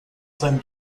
seinem